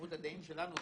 תמימות הדעים שלנו,